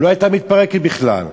לא הייתה מתפרקת בכלל.